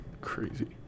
crazy